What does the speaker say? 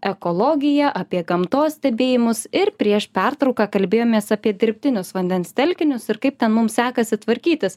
ekologiją apie gamtos stebėjimus ir prieš pertrauką kalbėjomės apie dirbtinius vandens telkinius ir kaip ten mums sekasi tvarkytis